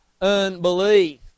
unbelief